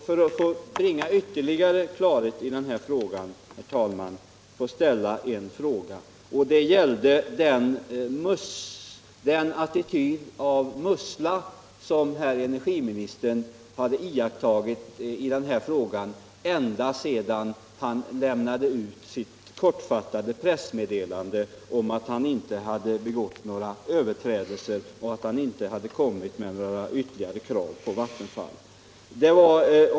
Herr talman! Låt mig för att bringa ytterligare klarhet ställa en fråga. Den gäller den attityd av mussla som herr energiministern har intagit i denna fråga ända sedan han lämnade sitt kortfattade pressmeddelande om att han inte hade begått några överträdelser och inte hade kommit med ytterligare krav på Vattenfall.